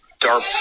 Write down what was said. dark